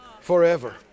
forever